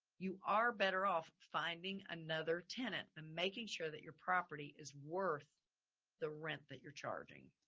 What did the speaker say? you are better off finding another tenant and making sure that your property is worth the rent that you're charging.